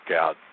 out